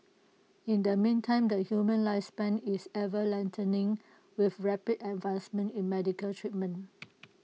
in the meantime the human lifespan is ever lengthening with rapid advancements in medical treatment